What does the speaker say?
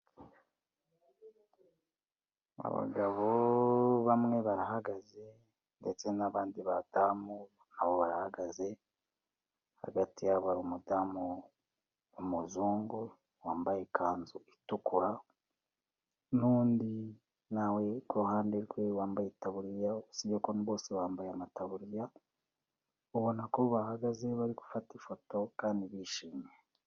Abagabo bamwe barahagaze ndetse n'abandi badamu na bo bahagaze, hagati yabo hari umudamu w'umuzungu wambaye ikanzu itukura, n'undi na we ku ruhande rwe wambaye itaburiya, usibye ko bose bambaye amataburiya, ubona ko bahagaze bari gufata ifoto kandi bishimye.